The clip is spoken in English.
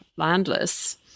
Landless